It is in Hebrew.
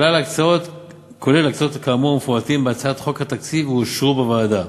כלל ההקצאות כאמור מפורטות בהצעת חוק התקציב ואושרו בוועדה.